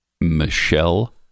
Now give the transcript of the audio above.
Michelle